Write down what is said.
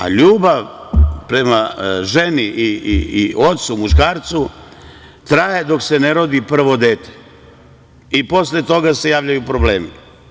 A ljubav prema ženi i ocu, muškarcu, traje dok se ne rodi prvo dete i posle toga se javljaju problemi.